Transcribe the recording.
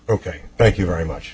ok thank you very much